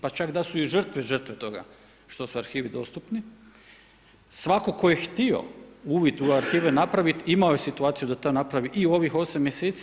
Pa čak i da su žrtve, žrtve toga što su arhivi dostupni, svatko tko je htio uvid u arhive napraviti imao je situaciju da to napravi i u ovim 8 mjeseci.